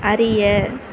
அறிய